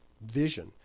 vision